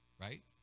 right